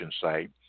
site